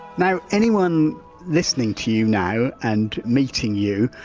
now anyone listening to you now and meeting you,